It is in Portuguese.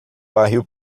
barril